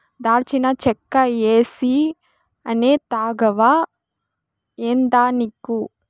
దాల్చిన చెక్క ఏసీ అనే తాగవా ఏందానిక్కు